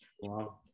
Wow